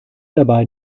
dabei